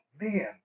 man